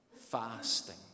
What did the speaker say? fasting